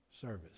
service